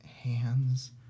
hands